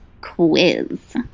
quiz